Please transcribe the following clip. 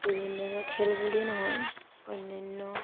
বিভিন্ন ধৰণৰ খেল বুলিয়েই নহয় অন্যান্য